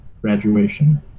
graduation